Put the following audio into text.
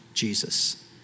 Jesus